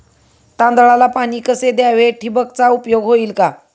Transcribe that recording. तांदळाला पाणी कसे द्यावे? ठिबकचा उपयोग होईल का?